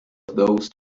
those